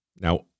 Now